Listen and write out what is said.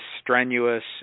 strenuous